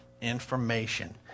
information